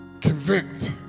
Convict